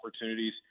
opportunities